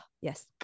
yes